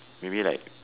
maybe like